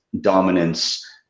dominance